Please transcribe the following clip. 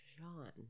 Sean